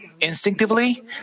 instinctively